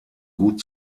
gut